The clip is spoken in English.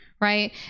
Right